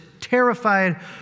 terrified